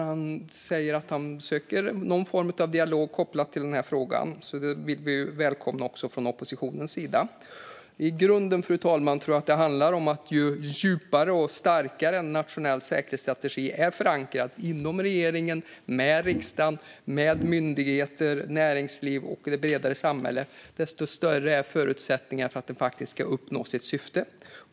Han säger att han söker någon form av dialog i frågan. Det välkomnar vi från oppositionen. I grunden, fru talman, tror jag att ju djupare och starkare en nationell säkerhetsstrategi är förankrad inom regeringen och med riksdagen, myndigheter, näringsliv och det bredare samhället, desto större är förutsättningarna för att den ska uppnå sitt syfte.